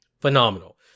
phenomenal